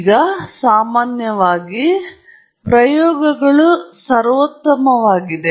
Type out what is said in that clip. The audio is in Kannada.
ಈಗ ಸಾಮಾನ್ಯವಾಗಿ ಈ ಪ್ರಯೋಗಗಳು ಸರ್ವೋತ್ತಮವಾಗಿದೆ